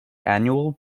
annual